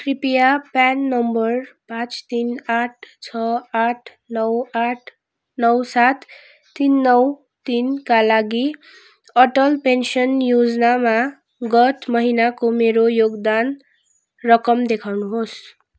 कृपया PAN number पाँच तिन आठ छ आठ नौ आठ नौ सात तिन नौ तिनका लागि अटल पेन्सन योजनामा गत महिनाको मेरो योगदान रकम देखाउनुहोस्